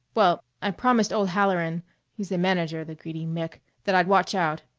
well, i promised old halloran he's the manager, the greedy mick that i'd watch out.